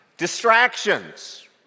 Distractions